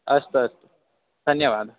अस्तु अस्तु धन्यवादः